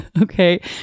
Okay